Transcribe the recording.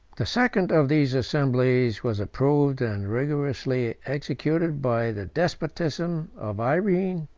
the second of these assemblies was approved and rigorously executed by the despotism of irene,